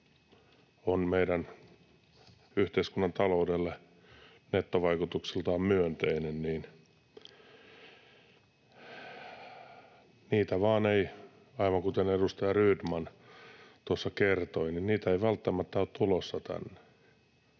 on meidän yhteiskunnan taloudelle nettovaikutuksiltaan myönteinen — niitä vain ei, aivan kuten edustaja Rydman tuossa kertoi, välttämättä ole tulossa tänne.